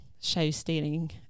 show-stealing